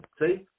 See